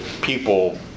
people